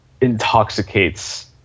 intoxicates